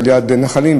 ליד נחלים,